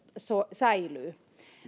säilyy